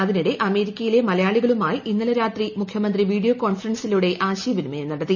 അതിനിടെ അമേരിക്കയിലെ മലയാളികളുമായി ഇന്നലെ രാത്രി മുഖ്യമന്ത്രി വീഡിയോ കോൺഫറൻസിലൂടെ ആശയവിനിമയം നടത്തി